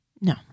No